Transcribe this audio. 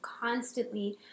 constantly